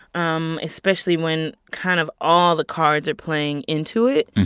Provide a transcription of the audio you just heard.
um especially when kind of all the cards are playing into it.